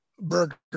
burger